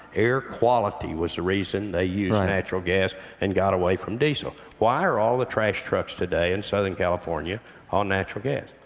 air quality was the reason they used natural gas and got away from diesel. why are all the trash trucks today in southern california on natural gas?